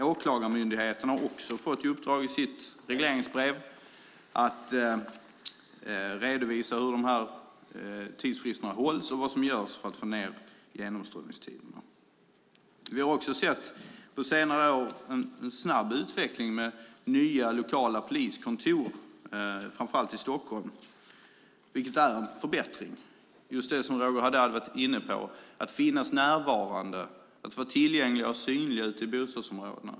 Åklagarmyndigheten har också i sitt regleringsbrev fått i uppdrag att redovisa hur tidsfristerna hålls och vad som görs för att få ned genomströmningstiderna. Vi har även på senare år sett en snabb utveckling med nya lokala poliskontor, framför allt i Stockholm, vilket är en förbättring. Det är just det som Roger Haddad var inne på, nämligen att vara närvarande och tillgängliga och synliga ute i bostadsområdena.